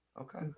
Okay